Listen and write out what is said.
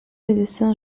médecins